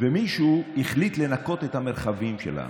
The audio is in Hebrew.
ומישהו החליט "לנקות" את המרחבים שלנו.